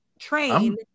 train